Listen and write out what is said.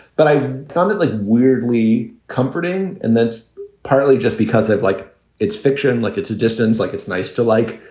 but i suddenly weirdly comforting. and that's partly just because of like it's fiction, like it's a distance, like it's nice to, like,